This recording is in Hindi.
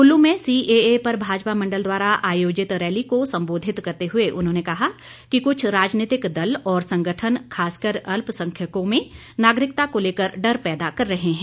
कुल्लू में सीएए पर भाजपा मंडल द्वारा आयोजित रैली को संबोधित करते हुए उन्होंने कहा कि कुछ राजनीतिक दल और संगठन खासकर अल्पसंख्यकों में नागरिकता को लेकर डर पैदा कर रहे हैं